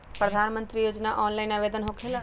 प्रधानमंत्री योजना ऑनलाइन आवेदन होकेला?